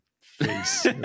face